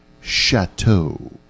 chateau